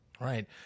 Right